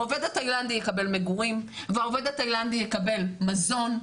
העובד התאילנדי יקבל מגורים והעובד התאילנדי יקבל מזון,